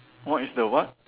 what is the what